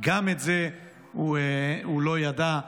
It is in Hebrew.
גם את זה הוא לא ידע.